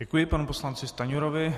Děkuji panu poslanci Stanjurovi.